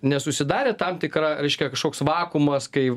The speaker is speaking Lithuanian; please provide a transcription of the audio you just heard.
nesusidarė tam tikra reiškia kažkoks vakuumas kai